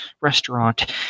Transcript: restaurant